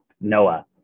Noah